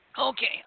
Okay